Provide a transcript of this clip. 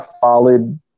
solid